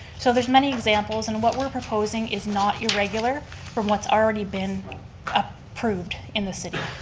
so there's many examples and what we're proposing is not irregular from what's already been approved in the city.